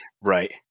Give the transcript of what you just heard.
Right